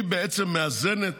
היא בעצם מאזנת